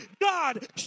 God